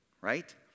right